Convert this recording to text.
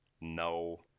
no